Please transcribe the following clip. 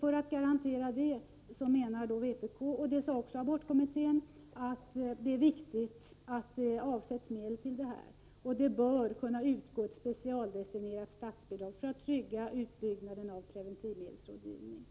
För att garantera det menar vpk — och det sade också abortkommittén — att det är viktigt att det avsätts medel för ändamålet, och det bör kunna utgå ett specialdestinerat statsbidrag för att trygga utbyggnaden av preventivmedelsrådgivningen.